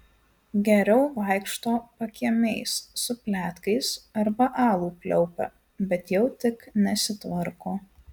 geriau vaikšto pakiemiais su pletkais arba alų pliaupia bet jau tik nesitvarko